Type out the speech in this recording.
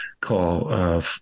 call